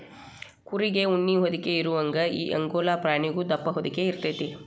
ಕುರಿಗೆ ಉಣ್ಣಿ ಹೊದಿಕೆ ಇರುವಂಗ ಈ ಅಂಗೋರಾ ಪ್ರಾಣಿಗು ದಪ್ಪ ಹೊದಿಕೆ ಇರತತಿ